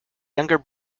younger